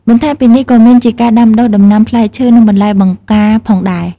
បន្ថែមពីនេះ ក៏មានជាការដាំដុះដំណាំផ្លែឈើ និងបន្លែបង្ការផងដែរ។